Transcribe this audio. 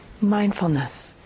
mindfulness